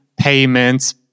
payments